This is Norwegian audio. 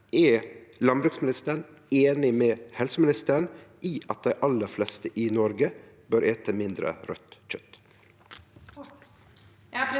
Er landbruksministeren einig med helseministeren i at dei aller fleste i Noreg bør ete mindre raudt kjøt?